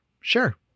sure